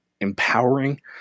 empowering